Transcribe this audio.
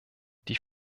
die